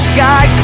Sky